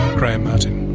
graham martin.